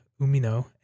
Umino